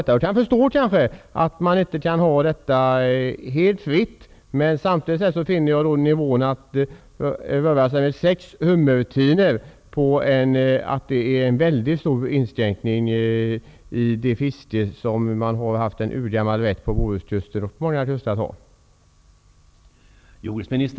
Jag kan förstå att man inte kan låta detta fiske vara helt fritt, men samtidigt finner jag nivån på sex hummertinor vara en mycket stor inskränkning i det fiske som man på Bohuskusten och många andra kuster har haft en urgammal rätt att bedriva.